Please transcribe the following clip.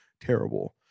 terrible